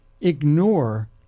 ignore